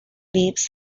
lives